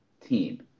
team